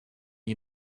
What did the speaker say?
you